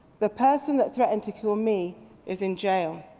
the person that threatened to kill me is in jail.